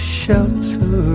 shelter